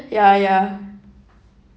ya ya